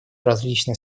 различные